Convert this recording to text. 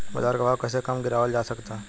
बाज़ार के भाव कैसे कम गीरावल जा सकता?